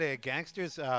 gangsters